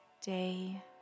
day